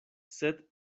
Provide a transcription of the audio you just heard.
sed